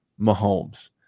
Mahomes